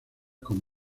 con